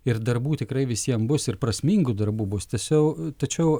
ir darbų tikrai visiem bus ir prasmingų darbų bus tęsiau tačiau